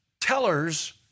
tellers